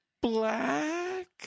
black